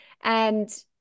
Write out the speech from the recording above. And-